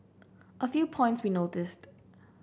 a few points we noticed